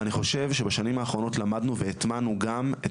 ואני חושב שבשנים האחרונות למדנו והתמענו גם את